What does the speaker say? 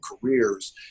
careers